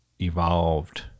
evolved